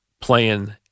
playing